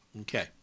Okay